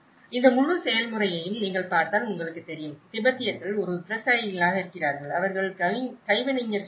இந்த முழு செயல்முறையையும் நீங்கள் பார்த்தால் உங்களுக்கு தெரியும் திபெத்தியர்கள் ஒரு விவசாயிகளாக இருக்கிறார்கள் அவர்கள் கைவினைஞர்களும் கூட